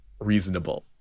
reasonable